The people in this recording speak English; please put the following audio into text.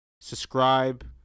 subscribe